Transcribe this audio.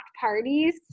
parties